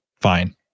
fine